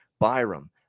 Byram